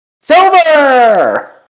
SILVER